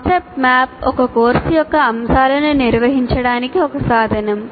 concept map ఒక course యొక్క అంశాలను నిర్వహించడానికి ఒక సాధనం